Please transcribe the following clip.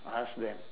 ask them